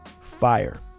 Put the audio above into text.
Fire